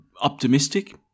optimistic